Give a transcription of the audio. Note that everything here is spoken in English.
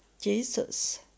Jesus